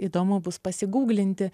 įdomu bus pasigūglinti